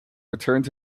returned